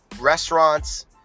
restaurants